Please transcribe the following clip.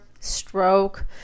stroke